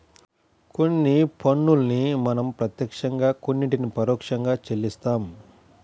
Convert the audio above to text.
కొన్ని పన్నుల్ని మనం ప్రత్యక్షంగా కొన్నిటిని పరోక్షంగా చెల్లిస్తాం